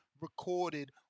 recorded